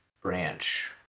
branch